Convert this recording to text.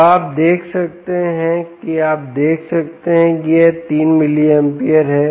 तो आप देख सकते हैं कि आप देख सकते हैं कि यह 3 मिलिअमपेरे है